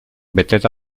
beteta